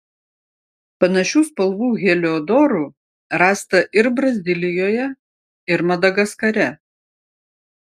panašių spalvų heliodorų rasta ir brazilijoje ir madagaskare